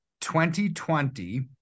2020